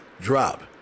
drop